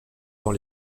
dans